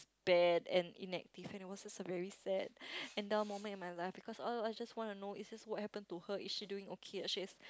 bad and inactive and it was just a very sad and dull moment in my life because all I just want to know is just what happen to her is she doing okay does she